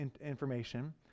information